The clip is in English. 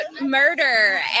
murder